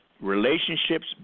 relationships